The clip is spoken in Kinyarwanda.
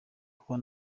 kuba